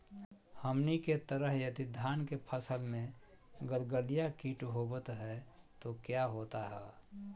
हमनी के तरह यदि धान के फसल में गलगलिया किट होबत है तो क्या होता ह?